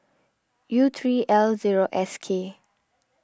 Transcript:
U three L zero S K